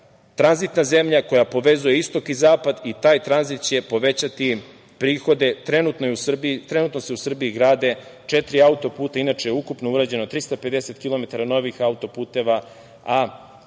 tranzitna zemlja koja povezuje istok i zapad i taj tranzit će povećati prihode. Trenutno se u Srbiji grade četiri autoputa, inače ukupno je urađeno 350 kilometara novih autoputeva, a